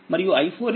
37ఆంపియర్